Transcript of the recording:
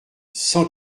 cent